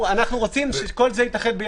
אנחנו רוצים שהכול יתאחד,